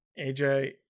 AJ